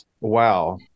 wow